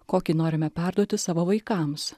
kokį norime perduoti savo vaikams